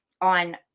on